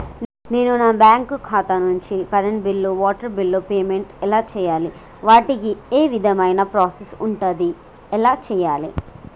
నేను నా బ్యాంకు ఖాతా నుంచి కరెంట్ బిల్లో వాటర్ బిల్లో పేమెంట్ ఎలా చేయాలి? వాటికి ఏ విధమైన ప్రాసెస్ ఉంటది? ఎలా చేయాలే?